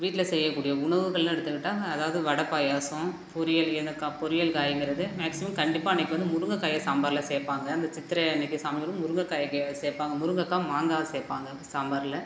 வீட்டில் செய்யக்கூடிய உணவுகள்னு எடுத்துக்கிட்டால் அதாவது வடை பாயாசம் பொரியல் எதை கா பொரியல் காய்ங்கிறது மேக்ஸிமம் கண்டிப்பாக அன்றைக்கி வந்து முருங்கக்காயை சாம்பாரில் சேர்ப்பாங்க அந்த சித்திரை அன்றைக்கி சமையல் முருங்கக்காயை சேர்ப்பாங்க முருங்கக்காய் மாங்காய் சேர்ப்பாங்க சாம்பாரில்